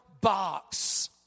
box